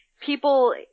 people